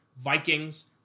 Vikings